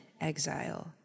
exile